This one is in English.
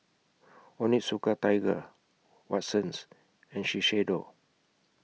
Onitsuka Tiger Watsons and Shiseido